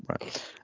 right